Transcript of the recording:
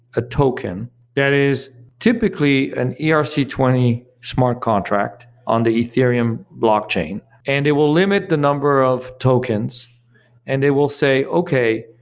a token that is typically an yeah ah erc twenty smart contract on the ethereum blockchain, and it will limit the number of tokens and they will say, okay,